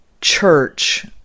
church